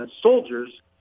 soldiers